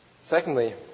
Secondly